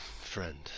friend